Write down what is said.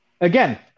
again